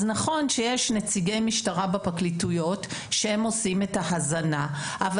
נכון שיש נציגי משטרה בפרקליטויות שהם עושים את ההזנה אבל